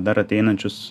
dar ateinančius